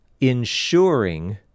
ensuring